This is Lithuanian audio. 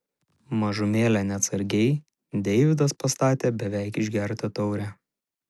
mažumėlę neatsargiai deividas pastatė beveik išgertą taurę